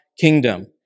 kingdom